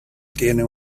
tiene